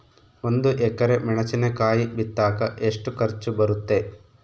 ಒಂದು ಎಕರೆ ಮೆಣಸಿನಕಾಯಿ ಬಿತ್ತಾಕ ಎಷ್ಟು ಖರ್ಚು ಬರುತ್ತೆ?